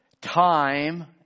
time